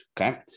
Okay